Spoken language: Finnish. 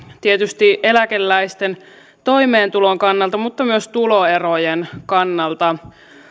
tietysti eläkeläisten toimeentulon kannalta mutta myös tuloerojen kannalta